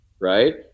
right